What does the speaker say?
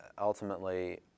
ultimately